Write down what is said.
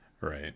Right